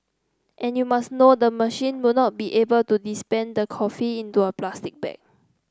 and you must know the machine will not be able to dispense the coffee into a plastic bag